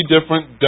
different